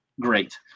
great